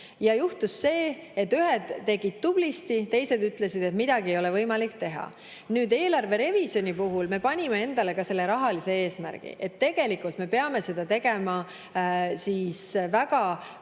Ja juhtus see, et ühed tegid tublisti, aga teised ütlesid, et midagi ei ole võimalik teha. Eelarve revisjoni puhul me panime endale rahalise eesmärgi ehk me peame seda tegema väga